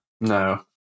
no